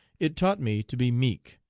it taught me to be meek,